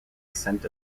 ascent